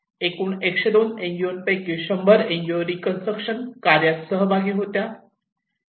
एकूण 102 N G O पैकी 100 N G O reconstruction कार्यात सहभागी होत्या